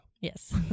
Yes